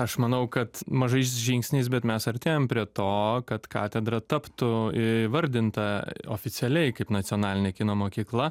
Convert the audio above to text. aš manau kad mažais žingsniais bet mes artėjam prie to kad katedra taptų įvardinta oficialiai kaip nacionalinė kino mokykla